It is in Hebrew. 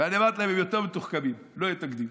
ואני אמרתי להם: הם יותר מתוחכמים, לא יהיה תקדים.